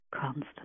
constant